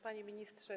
Panie Ministrze!